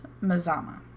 Mazama